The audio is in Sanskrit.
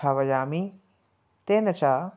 भावयामि तेन च